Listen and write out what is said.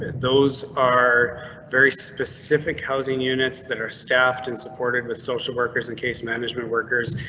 those are very specific housing units that are staffed and supported with social workers. in case management workers,